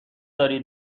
داری